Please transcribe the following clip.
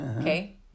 okay